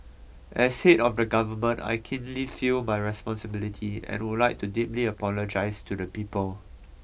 as head of the government I keenly feel my responsibility and would like to deeply apologies to the people